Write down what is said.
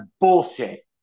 bullshit